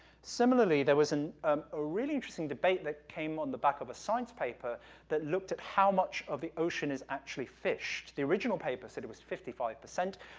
similarly, there was and a really interesting debate that came on the back of a science paper that looked at how much of the ocean is actually fished. the original paper said it was fifty five percent,